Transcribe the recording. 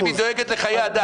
שאם היא דואגת לחיי אדם.